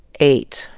eight,